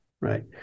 right